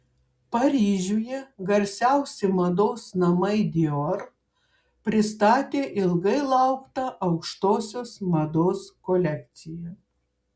paryžiuje garsiausi mados namai dior pristatė ilgai lauktą aukštosios mados kolekciją